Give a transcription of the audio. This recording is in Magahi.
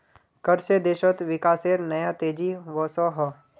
कर से देशोत विकासेर नया तेज़ी वोसोहो